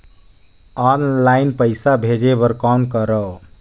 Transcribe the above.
Online पईसा भेजे बर कौन करव?